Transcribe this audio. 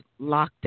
lockdown